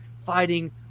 Fighting